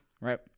Right